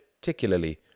particularly